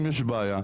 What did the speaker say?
אם יש בעיה,